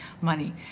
money